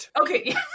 Okay